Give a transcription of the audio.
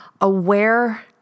aware